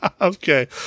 okay